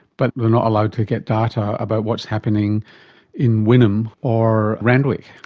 but they are not allowed to get data about what's happening in wynnum or randwick.